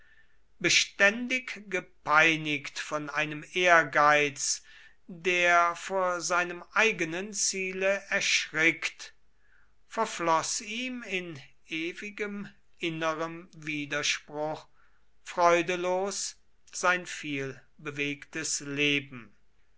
beständig gepeinigt von einem ehrgeiz der vor seinem eigenen ziele erschrickt verfloß ihm in ewigem innerem widerspruch freudelos sein vielbewegtes leben